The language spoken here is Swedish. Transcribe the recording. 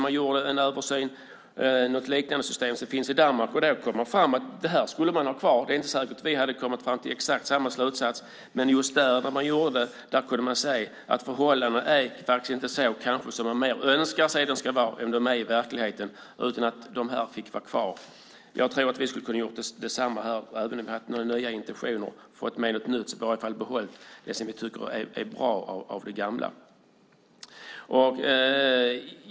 Man gjorde en översyn av ett liknande system som finns i Danmark. Där kom man fram till att man skulle ha kvar detta. Det är inte säkert att vi hade kommit fram till exakt samma slutsats. Men där kunde man se att förhållandena kanske inte är sådana som man önskar att de ska vara i verkligheten, utan detta fick vara kvar. Jag tror att vi skulle ha kunnat göra detsamma även om vi hade haft några nya intentioner. Då hade vi kunnat behålla det som vi tycker är bra i det gamla.